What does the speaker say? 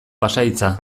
pasahitza